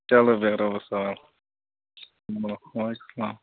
چلو بیٚہہ رۄبَس سوال وعلیکُم سلام